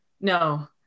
no